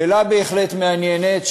זו שאלה בהחלט מעניינת,